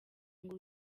ngo